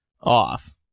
off